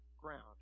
ground